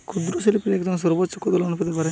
ক্ষুদ্রশিল্পের জন্য একজন সর্বোচ্চ কত লোন পেতে পারে?